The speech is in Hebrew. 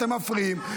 אתם מפריעים.